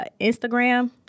instagram